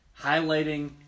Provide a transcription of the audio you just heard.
highlighting